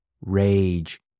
rage